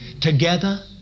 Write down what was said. together